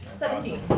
seventeen.